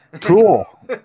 Cool